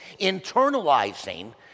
internalizing